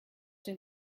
den